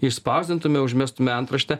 išspausdintume užmestume antraštę